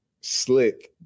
slick